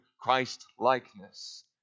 Christ-likeness